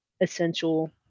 essential